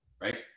right